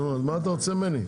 נו אז מה אתה רוצה ממני?